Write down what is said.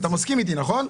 אתה מסכים איתי, נכון?